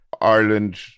Ireland